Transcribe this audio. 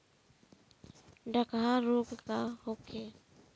डकहा रोग का होखे?